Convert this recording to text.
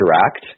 interact